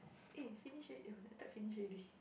eh finish already I thought finish already